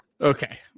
Okay